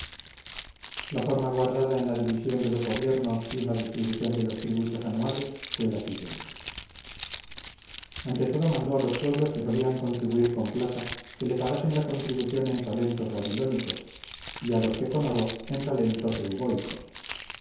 la forma guardada en la división de los gobiernos y en la distribución de los tributos anuales fue la siguiente ante todo mandó a los pueblos que solían contribuir con plata que le pagasen la contribución en talentos babilónicos y a los que con oro en talentos euboicos